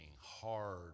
hard